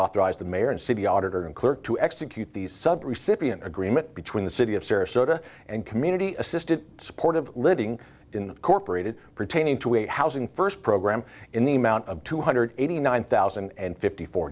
authorize the mayor and city auditor and clerk to execute these sub recipient agreement between the city of sarasota and community assisted support of living in corporate it pertaining to a housing first program in the amount of two hundred eighty nine thousand and fifty four